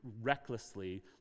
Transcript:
recklessly